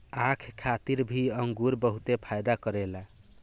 आँख खातिर भी अंगूर बहुते फायदा करेला